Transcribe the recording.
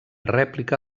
rèplica